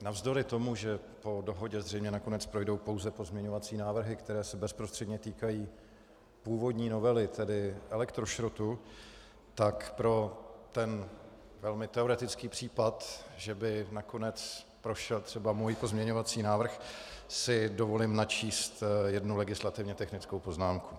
Navzdory tomu, že po dohodě zřejmě nakonec projdou jenom pozměňovací návrhy, které se bezprostředně týkají původní novely, tedy elektrošrotu, tak pro ten velmi teoretický případ, že by nakonec prošel třeba můj pozměňovací návrh, si dovolím načíst jednu legislativně technickou poznámku.